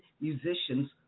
musicians